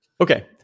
Okay